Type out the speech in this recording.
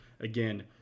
again